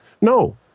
No